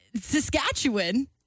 Saskatchewan